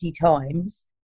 times